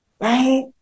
right